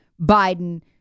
Biden